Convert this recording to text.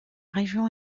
région